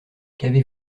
qu’avez